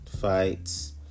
fights